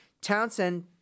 Townsend